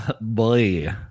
Boy